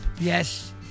Yes